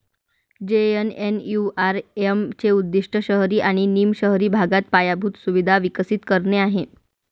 JNNURM चे उद्दीष्ट शहरी आणि निम शहरी भागात पायाभूत सुविधा विकसित करणे आहे